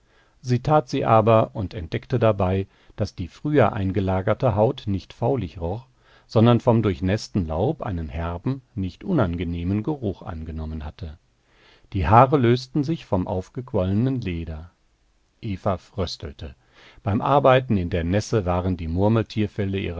sie aber und entdeckte dabei daß die früher eingelagerte haut nicht faulig roch sondern vom durchnäßten laub einen herben nicht unangenehmen geruch angenommen hatte die haare lösten sich vom aufgequollenen leder eva fröstelte beim arbeiten in der nässe waren die